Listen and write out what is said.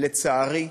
לצערי,